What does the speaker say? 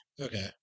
Okay